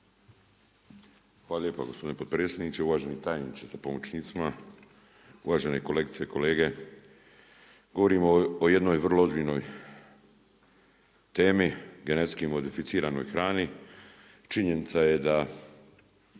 Hvala lijepo gospodine potpredsjedniče. Uvaženi tajniče sa pomoćnicima, uvažene kolegice i kolege. Govorimo o jednoj vrlo ozbiljnoj temi GMO-u. Činjenica je da